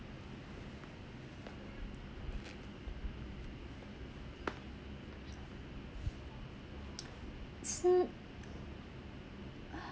sn~